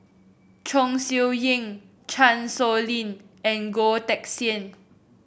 Chong Siew Ying Chan Sow Lin and Goh Teck Sian